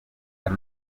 buri